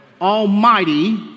Almighty